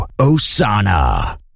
Osana